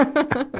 but,